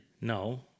No